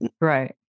right